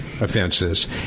Offenses